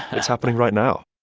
it's happening right now